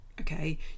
okay